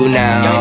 now